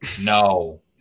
no